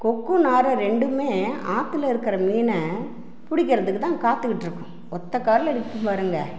கொக்கும் நாரை ரெண்டுமே ஆற்றுல இருக்கிற மீனை பிடிக்கிறதுக்கு தான் காத்துக்கிட்டு இருக்கும் ஒத்த காலில் நிற்கும் பாருங்கள்